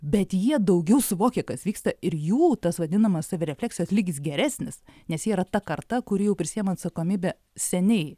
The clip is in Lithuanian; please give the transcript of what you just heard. bet jie daugiau suvokė kas vyksta ir jų tas vadinamas savirefleksijos lygis geresnis nes jie yra ta karta kuri jau prisiema atsakomybę seniai